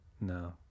No